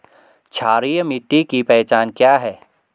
क्षारीय मिट्टी की पहचान क्या है?